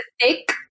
thick